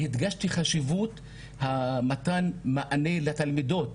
והדגשתי את חשיבות מתן המענה לתלמידות,